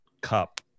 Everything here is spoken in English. cup